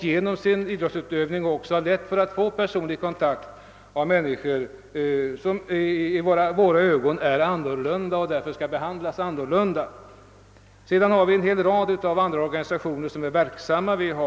Genom sin idrottsverksamhet har de lätt att få personlig kontakt med människor som i våra ögon är annorlunda och därför behandlas annorlunda. Det finns vidare en hel rad andra organisationer som är verksamma på detta område.